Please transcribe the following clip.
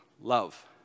love